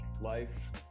life